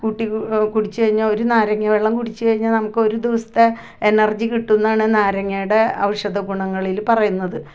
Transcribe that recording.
കൂട്ടി കുടിച്ച് കഴിഞ്ഞാൽ ഒരു നാരങ്ങ വെള്ളം കുടിച്ച് കഴിഞ്ഞാൽ നമുക്കൊരു ദിവസത്തെ എനർജി കിട്ടുമെന്നാണ് നാരങ്ങയുടെ ഔഷധഗുണങ്ങളില് പറയുന്നത്